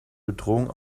bedrohung